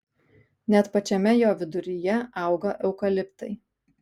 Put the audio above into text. net pačiame jo viduryje auga eukaliptai